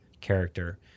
character